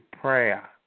prayer